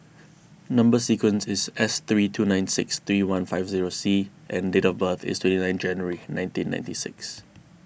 Number Sequence is S three two nine six three one five zero C and date of birth is twenty nine January nineteen ninety six